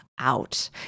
out